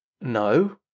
No